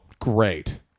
great